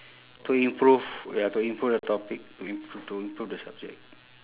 to improve ya to improve the topic to improve to improve the subject